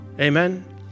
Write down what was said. Amen